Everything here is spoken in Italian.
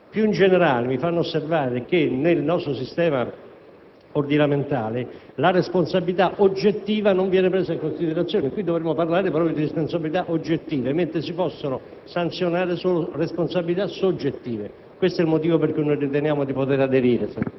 assolutamente facile, anzi è molto difficile. Più in generale, mi fanno osservare che nel nostro sistema ordinamentale la responsabilità oggettiva non viene presa in considerazione: e qui dovremmo parlare proprio di responsabilità oggettive, mentre si possono sanzionare solo responsabilità soggettive.